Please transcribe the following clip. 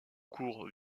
cours